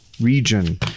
region